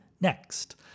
next